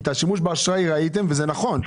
את השימוש באשראי ראיתם וזה נכון,